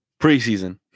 preseason